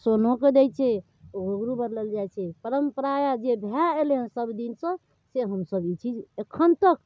सोनोके दै छै ओ घुँघुरु बदलल जाइत छै परम्परा यऽ जे भए एलैहँ सबदिनसँ से हमसब ई चीज एखन तक